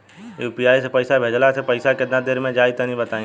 UPI से पईसा भेजलाऽ से पईसा केतना देर मे जाई तनि बताई?